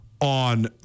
on